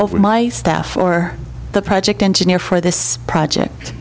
of my staff or the project engineer for this project